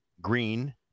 Green